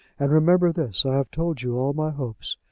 and remember this i have told you all my hopes,